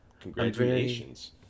Congratulations